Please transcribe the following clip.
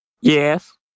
Yes